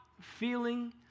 feeling